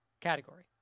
category